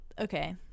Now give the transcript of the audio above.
Okay